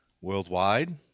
worldwide